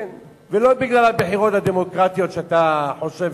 ולא בגלל הבחירות הדמוקרטיות, שאתה חושב.